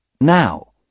Now